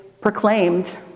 proclaimed